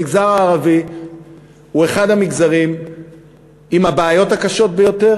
המגזר הערבי הוא אחד המגזרים עם הבעיות הקשות ביותר